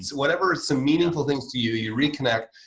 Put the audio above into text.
whatever, it's some meaningful things to you. you reconnect.